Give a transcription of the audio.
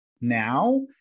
now